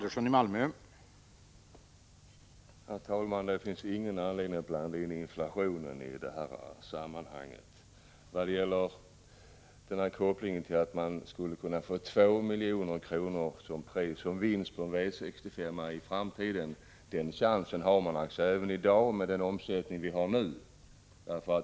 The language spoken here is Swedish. Herr talman! Det finns ingen anledning att blanda in inflationen i detta sammanhang. När det gäller denna koppling, att man i framtiden skulle kunna få 2 milj.kr. i pris som vinst på V65, kan jag säga att den chansen har man redan i dag med den omsättning vi nu har.